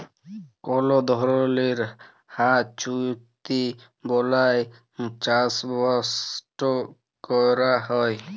call ধরলের হাঁ চুক্তি বালায় চাষবাসট ক্যরা হ্যয়